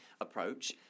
approach